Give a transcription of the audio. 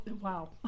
wow